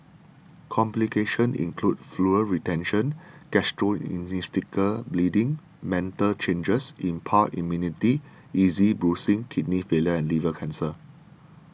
complications include fluid retention gastrointestinal bleeding mental changes impaired immunity easy bruising kidney failure and liver cancer